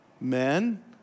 Men